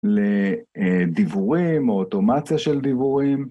לדיוורים או אוטומציה של דיוורים.